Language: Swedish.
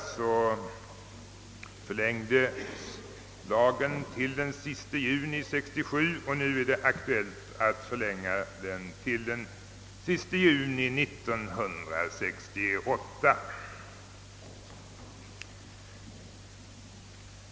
I våras förlängdes lagen att gälla t.o.m. den 30 juni 1967, och nu är det aktuellt att förlänga den t.o.m. den 30 juni 1968.